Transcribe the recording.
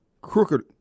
crooked